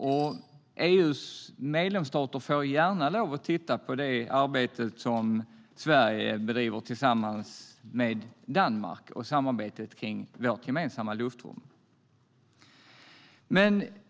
EU:s medlemsstater får gärna titta på Sveriges arbete tillsammans med Danmark kring vårt gemensamma luftrum.